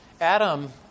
Adam